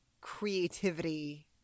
creativity